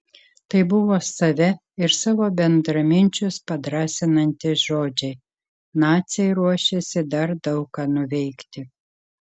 tai buvo save ir savo bendraminčius padrąsinantys žodžiai naciai ruošėsi dar daug ką nuveikti